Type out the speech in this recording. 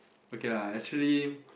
okay lah actually